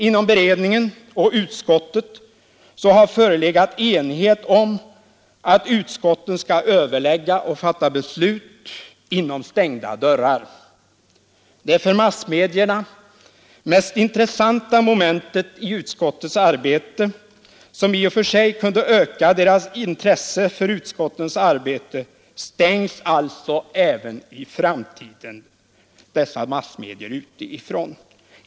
Inom beredningen och utskottet har förelegat enighet om att utskotten skall överlägga och fatta beslut inom stängda dörrar. Det för massmedierna mest intressanta momentet i utskottens arbete, som i och för sig kunde öka deras intresse för riksdagen, utestängs alltså även i framtiden dessa massmedier från.